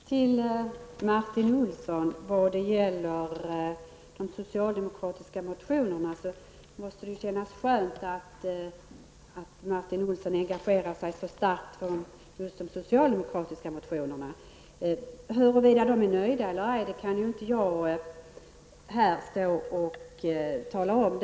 Herr talman! Till Martin Olsson: När det gäller de socialdemokratiska motionerna måste det kännas skönt att Martin Olsson engagerar sig så starkt för dem. Huruvida motionärerna är nöjda eller inte kan inte jag tala om här.